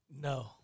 No